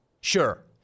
Sure